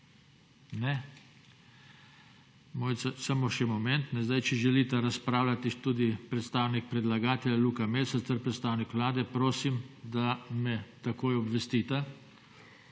(Ne.) Mojca, samo še moment. No, zdaj če želita razpravljati tudi predstavnik predlagatelja, Luka Mesec ter predstavnik Vlade, prosim, da me takoj obvestita